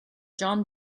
john